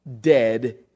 dead